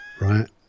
Right